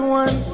one